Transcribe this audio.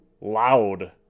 loud